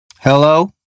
Hello